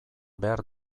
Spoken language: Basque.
behar